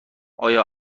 آیا